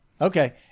okay